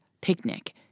Picnic